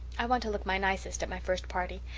i want to look my nicest at my first party.